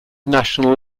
national